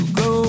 go